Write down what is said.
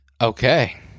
okay